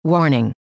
Warning